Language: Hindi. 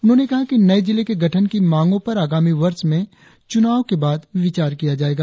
उन्होंने कहा कि नये जिले के गठन की मांगो पर आगामी वर्ष में चुनाव के बाद विचार किया जायेगा